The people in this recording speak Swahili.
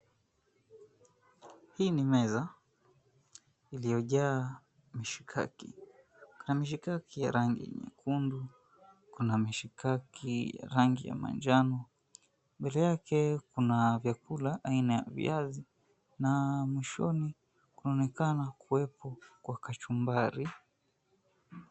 Hii ni meza iliojaa mshikaki. Kuna mshikaki ya rangi nyekundu, kuna mshikaki ya rangi ya manjano. Mbele yake kuna vyakula aina ya viazi na mwishoni kunaonekana kuwepo kwa kachumbari.